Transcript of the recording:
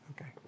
okay